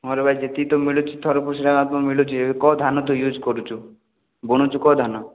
ହଁରେ ଭାଇ ଯେତିକି ତ ମିଳୁଛି ଥରେ ପଶିଲେ ଆଉ କେଉଁ ମିଳୁଛି ଏବେ କେଉଁ ଧାନ ତୁ ୟୁଜ୍ କରୁଛୁ ବୁଣୁଛୁ କେଉଁ ଧାନ